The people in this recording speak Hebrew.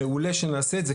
מעולה שנעשה את זה,